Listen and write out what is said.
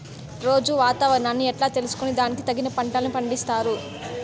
రోజూ వాతావరణాన్ని ఎట్లా తెలుసుకొని దానికి తగిన పంటలని పండిస్తారు?